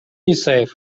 исаев